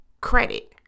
credit